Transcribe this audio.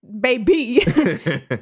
baby